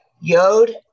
Yod